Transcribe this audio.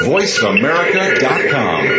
VoiceAmerica.com